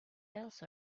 else